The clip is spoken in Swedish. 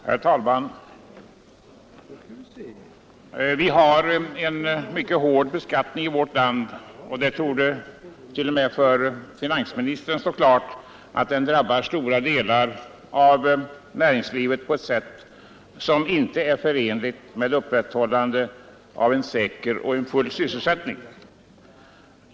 Herr talman! Vi har en mycket hård beskattning i vårt land, och det torde t.o.m., för finansministern stå klart att den drabbar stora delar av näringslivet på ett sätt som icke är förenligt med upprätthållandet av en säker och full sysselsättning.